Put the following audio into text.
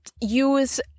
use